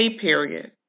period